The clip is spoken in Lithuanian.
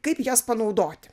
kaip jas panaudoti